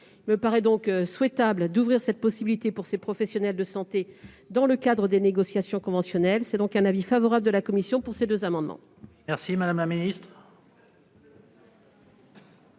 Il me paraît donc souhaitable d'ouvrir cette possibilité pour ces professionnels de santé dans le cadre des négociations conventionnelles. La commission émet donc un avis favorable sur ces deux amendements